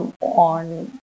on